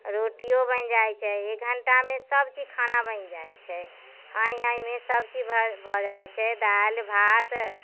रोटियो बनि जाइत छै एक घंटामे सभचीज खाना बनि जाइत छै हाँय हाँयमे सभचीज भऽ जाइत छै दालि भात